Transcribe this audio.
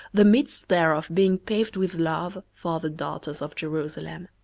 the midst thereof being paved with love, for the daughters of jerusalem.